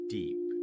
deep